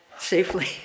Safely